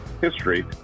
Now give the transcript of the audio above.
history